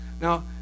Now